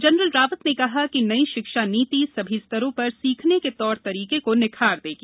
general Rawat ने कहा कि नयी शिक्षा नीति सभी स्तरों पर सीखने के तौर तरीके को निखार देगी